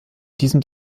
diesem